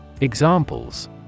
Examples